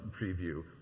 preview